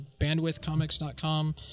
BandwidthComics.com